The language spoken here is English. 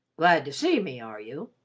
glad to see me, are you?